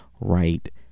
right